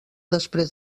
després